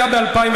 להתנער מאחריות,